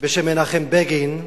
בשם מנחם בגין,